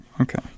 Okay